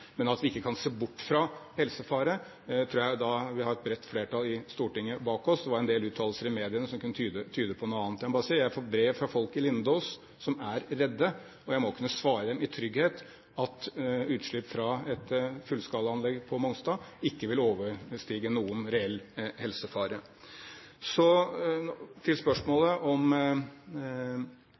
Men at vi ikke kan se bort fra helsefare, tror jeg vi har et bredt flertall i Stortinget bak oss på. Det var en del uttalelser i mediene som kunne tyde på noe annet. Jeg må bare si at jeg har fått brev fra folk i Lindås som er redde, og jeg må kunne svare dem i trygghet at utslipp fra et fullskalaanlegg på Mongstad ikke vil overstige noen reell helsefare. Så til spørsmålet om